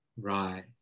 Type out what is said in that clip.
Right